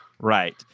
Right